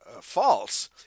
false